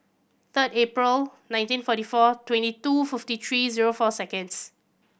third April nineteen forty four twenty two fifty three zero four seconds